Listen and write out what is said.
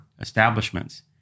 establishments